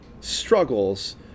struggles